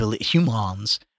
humans